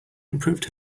improved